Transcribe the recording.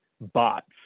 bots